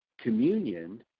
communion